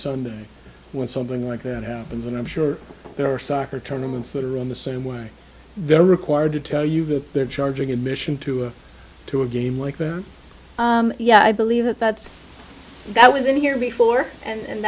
sunday when something like that happens and i'm sure there are soccer tournaments that are in the same way they're required to tell you that they're charging admission to a to a game like that yeah i believe that that's that was in here before and